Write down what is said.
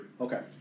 Okay